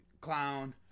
clown